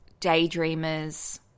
daydreamers